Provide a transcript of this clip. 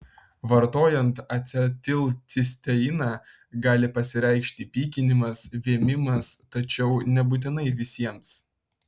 vartojant acetilcisteiną gali pasireikšti pykinimas vėmimas tačiau nebūtinai visiems